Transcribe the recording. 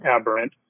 aberrant